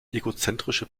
egozentrische